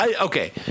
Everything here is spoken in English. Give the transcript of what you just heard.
Okay